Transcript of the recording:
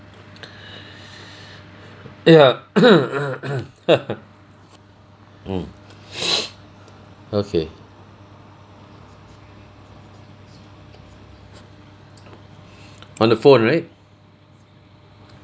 ya mm okay on the phone right